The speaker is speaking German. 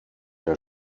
der